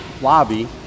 lobby